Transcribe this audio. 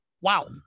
wow